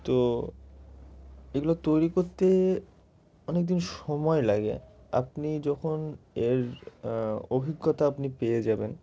তো এগুলো তৈরি করতে অনেকদিন সময় লাগে আপনি যখন এর অভিজ্ঞতা আপনি পেয়ে যাবেন